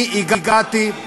אני הגעתי,